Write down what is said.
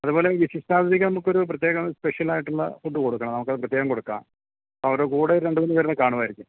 അതുപോലെ ഈ വിശിഷ്ടാതിഥിക്ക് നമുക്ക് ഒരു പ്രത്യേകം സ്പെഷ്യലായിട്ടുള്ള ഫുഡ് കൊടുക്കണം നമുക്ക് അത് പ്രത്യേകം കൊടുക്കാം അവരുടെ കൂടെ ഒരു രണ്ട് മൂന്ന് പേർ കൂടെ കാണുമായിരിക്കും